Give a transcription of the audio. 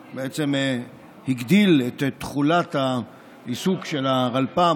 הגדיל את תכולת העיסוק של הרלפ"מ,